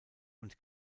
und